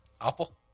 Apple